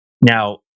Now